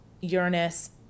Uranus